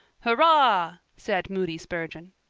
hurrah! said moody spurgeon.